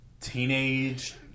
teenage